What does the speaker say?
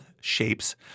shapes